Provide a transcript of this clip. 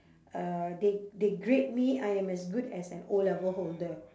uh they they grade me I am as good as an O-level holder